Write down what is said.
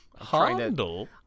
Handle